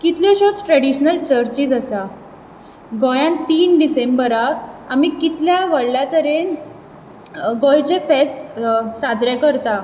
कितल्योश्योच traditional churches आसात गोंयांत तीन डिसेंबराक आमी कितल्या व्हडल्या तरेन गोंयचे फेस्त साजरे करता